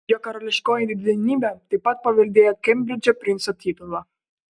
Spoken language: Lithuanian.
jo karališkoji didenybė taip pat paveldėjo kembridžo princo titulą